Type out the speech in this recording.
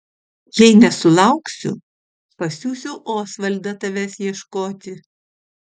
jei nesulauksiu pasiųsiu osvaldą tavęs ieškoti